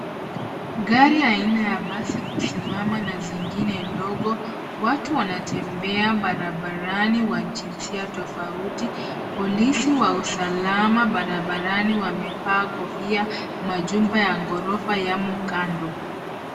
Gari aina ya basi kusimama na zingine dogo. Watu wanatembea barabarani wa jinsia tofauti. Polisi wa usalama barabarani wamevaa kofia. Majumba ya ghorofa yamo kando.